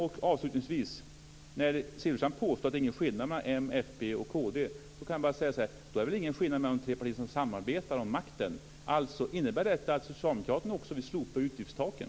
Silfverstrand påstår att det inte är någon skillnad mellan m, fp och kd. Då är det väl ingen skillnad mellan de tre partier som samarbetar om makten. Innebär detta att socialdemokraterna också vill slopa utgiftstaken?